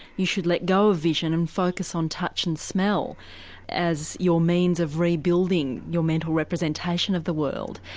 you should let go of vision and focus on touch and smell as your means of rebuilding your mental representation of the world.